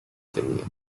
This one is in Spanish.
tenía